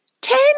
Ten